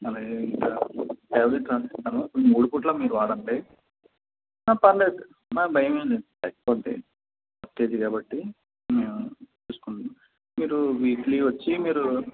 అలాగే ఇంకా టాబ్లెట్ రాసిస్తాను కొంచెం మూడు పూటలు మీరు వాడండి పర్లేదు భయమేమీ లేదు తగ్గిపోతుంది ఫస్ట్ స్టేజీ కాబట్టి మేము చూసుకుంటాం మీరు వీక్లీ వచ్చి మీరు